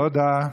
תודה.